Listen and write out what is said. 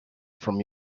from